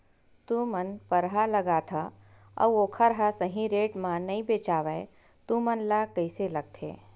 तू मन परहा लगाथव अउ ओखर हा सही रेट मा नई बेचवाए तू मन ला कइसे लगथे?